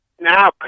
now